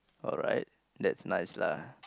alright that's nice lah